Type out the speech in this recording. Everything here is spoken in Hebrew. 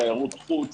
תיירות חוץ,